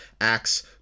acts